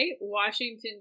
washington